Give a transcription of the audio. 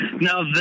Now